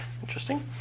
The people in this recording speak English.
Interesting